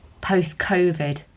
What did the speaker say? post-COVID